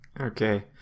Okay